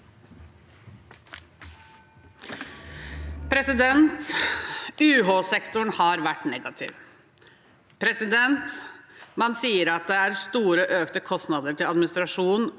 UH-sektoren har vært negativ. Man sier at det er store, økte kostnader til administrasjon